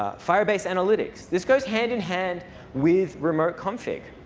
ah firebase analytics. this goes hand-in-hand with remote config.